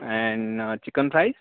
and chicken fries